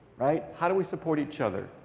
right? how do we support each other?